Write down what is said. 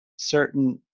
Certain